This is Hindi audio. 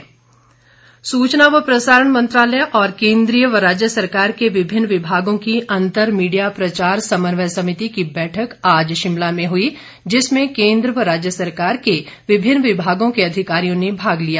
मीडिया प्रचार सूचना व प्रसारण मंत्रालय और केन्द्रीय व राज्य सरकार के विभिन्न विभागों की अंतर मीडिया प्रचार समन्वय समिति की बैठक आज शिमला में हुई जिसमें केंद्र व राज्य सरकार के विभिन्न विभागों के अधिकारियों ने भाग लिया